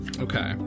Okay